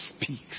speaks